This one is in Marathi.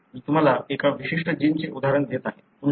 मी तुम्हाला एका विशिष्ट जीनचे उदाहरण देत आहे